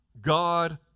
God